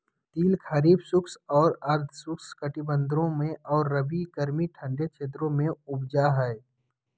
तिल खरीफ शुष्क और अर्ध शुष्क कटिबंधों में और रबी गर्मी ठंडे क्षेत्रों में उपजै हइ